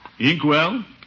inkwell